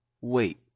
wait